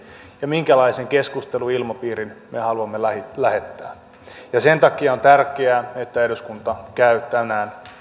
ja minkälaisen keskusteluilmapiirin me haluamme lähettää sen takia on tärkeää että eduskunta käy tänään